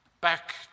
back